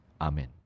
Amen